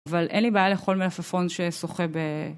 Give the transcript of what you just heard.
אבל אין לי בעיה לכל מלפפון ששוחה ב...